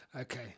Okay